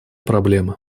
проблемы